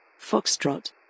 Foxtrot